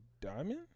diamond